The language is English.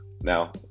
now